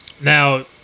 Now